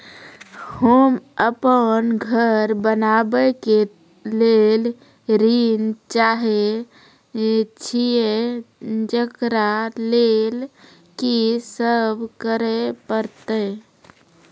होम अपन घर बनाबै के लेल ऋण चाहे छिये, जेकरा लेल कि सब करें परतै?